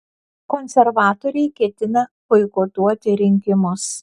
konservatoriai ketina boikotuoti rinkimus